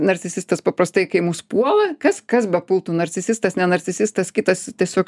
narcisistas paprastai kai mus puola kas kas bepapultų narcisistas ne narcisistas kitas tiesiog